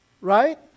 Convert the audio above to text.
Right